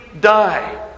die